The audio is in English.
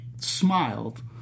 smiled